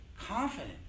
confident